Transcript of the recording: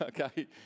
Okay